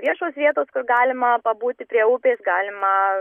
viešos vietos kur galima pabūti prie upės galima